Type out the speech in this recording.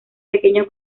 pequeños